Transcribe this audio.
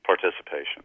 participation